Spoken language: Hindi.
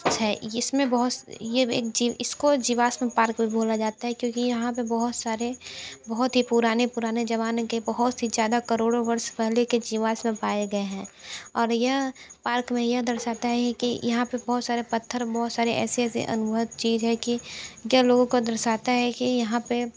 है इसमें बहुत ये एक जीव इसको जीवाश्म पार्क भी बोला जाता है क्योंकि यहाँ पे बहुत सारे बहुत ही पुराने पुराने ज़माने के बहुत ही ज़्यादा करोड़ो वर्ष पहले के जीवाश्म पाए गए हैं और यह पार्क में यह दर्शाता है कि यहाँ पे बहुत सारे पत्थर बहुत सारे ऐसे ऐसे अनुवद चीज़ है कि यह लोगो को दर्शाता है कि यहाँ पे